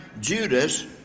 Judas